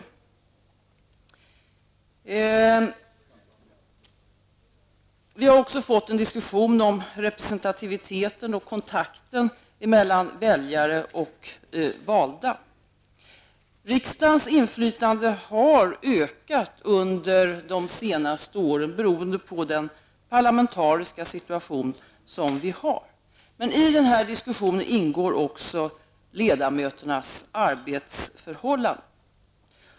Det har också förts en diskussion om representativiteten och kontakten mellan väljare och valda. Riksdagens inflytande har ökat under de senaste åren beroende på den parlamentariska situation vi har. I denna diskussion ingår också frågan om ledamöternas arbetsförhållanden.